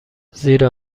زیرا